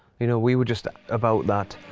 you know, we were just about that.